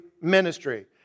ministry